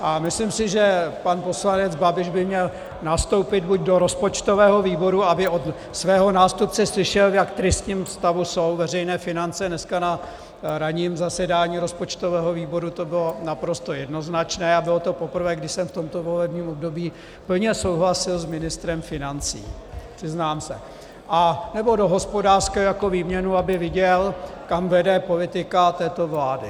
A myslím si, že pan poslanec Babiš by měl nastoupit buď do rozpočtového výboru, aby svého nástupce slyšel, v jak tristním stavu jsou veřejné finance dneska na ranním zasedání rozpočtového výboru to bylo naprosto jednoznačné a bylo to poprvé, kdy jsem v tomto volebním období plně souhlasil s ministrem financí, přiznám se , anebo do hospodářského jako výměnu, aby viděl, kam vede politika této vlády.